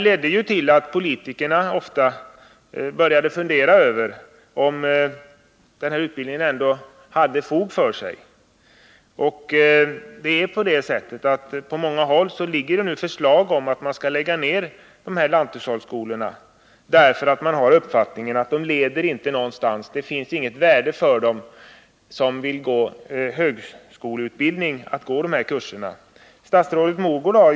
Detta ledde till att politikerna ofta började fundera över om inte denna utbildning ändå hade fog för sig. På många håll har förslag framlagts om att man skall lägga ner dessa lanthushållsskolor. Man har den uppfattningen att utbildningen där ingenstans leder — för dem som vill få högskoleutbildning är det inte av något värde att genomgå dessa kurser.